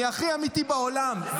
אני הכי אמיתי בעולם.